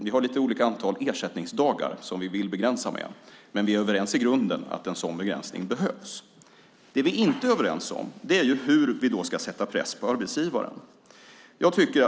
Vi har lite olika antal ersättningsdagar som vi vill begränsa med, men vi är i grunden överens om att en begränsning behövs. Det vi inte är överens om är hur vi ska sätta press på arbetsgivaren.